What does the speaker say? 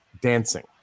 dancing